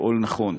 ולפעול נכון